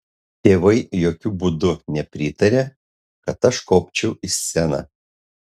tėvai jokiu būdu nepritarė kad aš kopčiau į sceną